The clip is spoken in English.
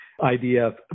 idf